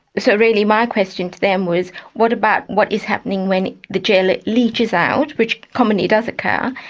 so really, my question to them was what about what is happening when the gel leeches out, which commonly does occur,